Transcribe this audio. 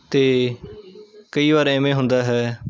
ਅਤੇ ਕਈ ਵਾਰ ਇਵੇਂ ਹੁੰਦਾ ਹੈ